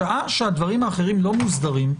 בשעה שהדברים האחרים לא מוסדרים,